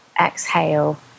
exhale